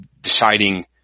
deciding